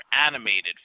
animated